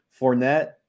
Fournette